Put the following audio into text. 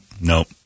Nope